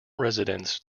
residents